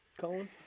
Colin